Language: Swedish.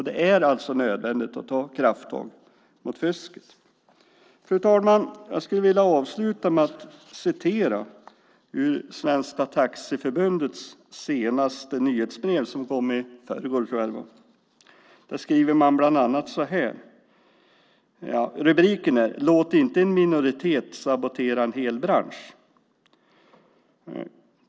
Det är nödvändigt att ta krafttag mot fusket. Fru talman! Jag skulle vilja avsluta med att citera ur Svenska Taxiförbundets senaste nyhetsbrev, som kom i förrgår kväll. Rubriken är: "Låt inte en minoritet sabotera en hel bransch".